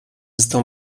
estão